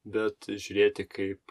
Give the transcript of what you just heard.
bet žiūrėti kaip